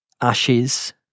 ashes